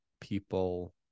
people